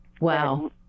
wow